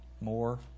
More